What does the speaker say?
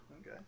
Okay